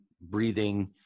breathing